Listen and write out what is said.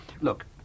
Look